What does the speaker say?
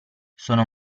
sono